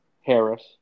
Harris